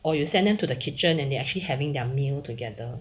or you send them to the kitchen and they actually having their meal together